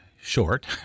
short